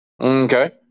Okay